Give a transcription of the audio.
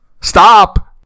Stop